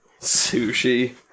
Sushi